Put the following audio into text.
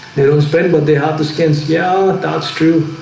they don't spend what they have the skins. yeah, that's true.